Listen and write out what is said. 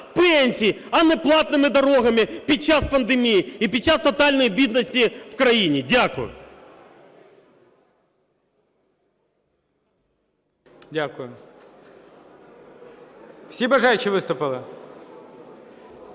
а не платними дорогами під час пандемії і під час тотальної бідності у країні. Дякую. ГОЛОВУЮЧИЙ. Дякую. Всі бажаючі виступили?